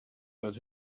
that